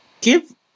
give